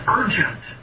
urgent